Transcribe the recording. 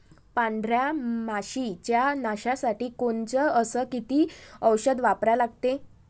पांढऱ्या माशी च्या नाशा साठी कोनचं अस किती औषध वापरा लागते?